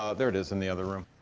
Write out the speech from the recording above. ah there it is, in the other room.